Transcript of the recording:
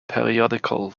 periodical